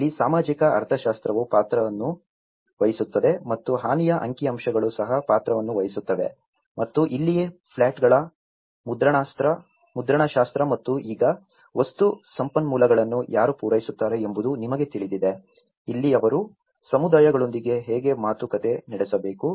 ಇಲ್ಲಿ ಸಾಮಾಜಿಕ ಅರ್ಥಶಾಸ್ತ್ರವು ಪಾತ್ರವನ್ನು ವಹಿಸುತ್ತದೆ ಮತ್ತು ಹಾನಿಯ ಅಂಕಿಅಂಶಗಳು ಸಹ ಪಾತ್ರವನ್ನು ವಹಿಸುತ್ತವೆ ಮತ್ತು ಇಲ್ಲಿಯೇ ಪ್ಲಾಟ್ಗಳ ಮುದ್ರಣಶಾಸ್ತ್ರ ಮತ್ತು ಈಗ ವಸ್ತು ಸಂಪನ್ಮೂಲಗಳನ್ನು ಯಾರು ಪೂರೈಸುತ್ತಾರೆ ಎಂಬುದು ನಿಮಗೆ ತಿಳಿದಿದೆ ಅಲ್ಲಿ ಅವರು ಸಮುದಾಯಗಳೊಂದಿಗೆ ಹೇಗೆ ಮಾತುಕತೆ ನಡೆಸಬೇಕು